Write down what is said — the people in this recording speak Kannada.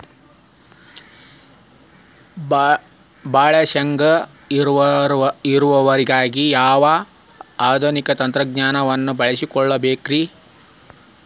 ಭಾಳ ಶೇಂಗಾ ಇಳುವರಿಗಾಗಿ ಯಾವ ಆಧುನಿಕ ತಂತ್ರಜ್ಞಾನವನ್ನ ಅಳವಡಿಸಿಕೊಳ್ಳಬೇಕರೇ?